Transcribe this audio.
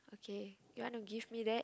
okay you want to give me that